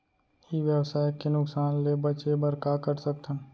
ई व्यवसाय के नुक़सान ले बचे बर का कर सकथन?